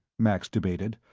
max debated,